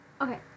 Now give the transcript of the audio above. Okay